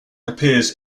appears